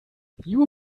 you